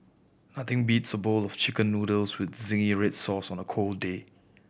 nothing beats a bowl of Chicken Noodles with zingy red sauce on a cold day